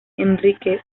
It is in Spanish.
enrique